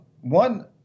one